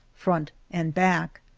front and back.